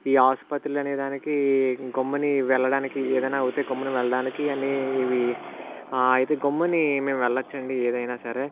ఈ ఆసుపత్రులు అనే దానికి గమ్మున వెళ్ళడానికి ఏదైనా అయితే గమ్మున వెళ్ళడానికి అనే ఇవి అయితే గమ్మున మేము వెళ్ళచ్చు అండి ఏదైనా సరే